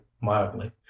mildly